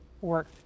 work